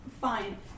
fine